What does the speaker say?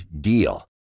DEAL